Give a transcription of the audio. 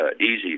easy